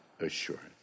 assurance